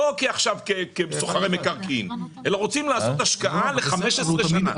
לא כי עכשיו הם סוחרי מקרקעין אלא רוצים לעשות השקעה ל-15 שנים.